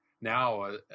Now